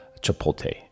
chipotle